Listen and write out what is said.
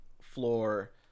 floor